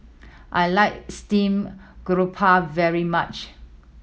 I like steamed garoupa very much